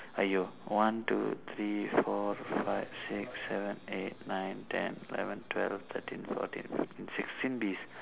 !aiyo! one two three four five six seven eight nine ten eleven twelve thirteen fourteen fifteen sixteen bees